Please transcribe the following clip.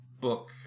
book